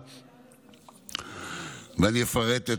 כל דבר מהסוג הזה מקבל מה שנקרא מסלול ירוק.